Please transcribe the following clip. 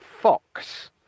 Fox